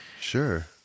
sure